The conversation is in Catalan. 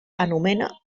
anomena